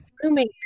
blooming